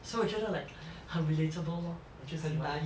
所以我觉得 like 很 relatable lor 我就喜欢